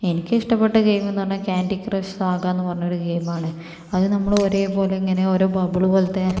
എനിക്കിഷ്ടപ്പെട്ട ഗെയിമെന്ന് പറഞ്ഞാൽ കാൻഡി ക്രഷ് സഗാന്ന് പറഞ്ഞ ഒരു ഗെയിമാണ് അത് നമ്മള് ഒരേ പോലെ ഇങ്ങനെ ഓരോ ബബ്ബിള് പോലത്തെ